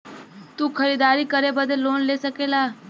तू खरीदारी करे बदे लोन ले सकला